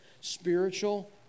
spiritual